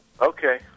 Okay